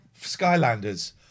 Skylanders